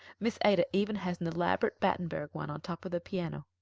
miss ada even has an elaborate battenburg one on top of the piano.